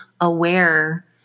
aware